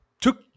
took